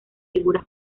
figuras